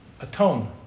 atone